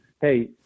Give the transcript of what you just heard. Hey